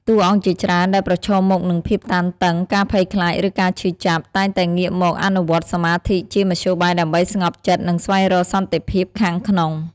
តួអង្គជាច្រើនដែលប្រឈមមុខនឹងភាពតានតឹង ការភ័យខ្លាច ឬការឈឺចាប់ តែងតែងាកមកអនុវត្តសមាធិជាមធ្យោបាយដើម្បីស្ងប់ចិត្ត និងស្វែងរកសន្តិភាពខាងក្នុង។